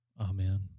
Amen